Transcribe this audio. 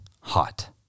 hot